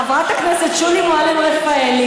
חברת כנסת שולי מועלם-רפאלי,